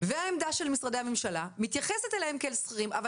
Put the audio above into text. והעמדה של משרדי הממשלה מתייחסת אליהם כאל שכירים אבל